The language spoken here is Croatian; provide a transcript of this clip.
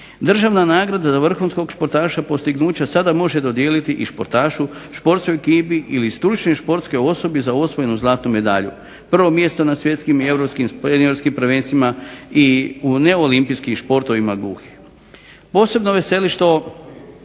državna nagrada za vrhunskog športaša postignuća sada može dodijeliti i športašu, športskoj ekipi ili stručnoj športskoj osobi za osvojenu zlatnu medalju. Prvo mjesto na svjetskim i europskim prvenstvima i u neolimpijskim športovima gluhih. Posebno veseli što